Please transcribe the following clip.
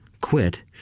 quit